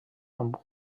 amb